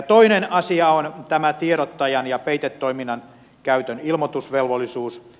toinen asia on tämä tiedottajan ja peitetoiminnan käytön ilmoitusvelvollisuus